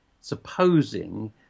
supposing